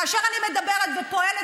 כאשר אני מדברת ופועלת